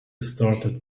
started